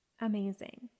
amazing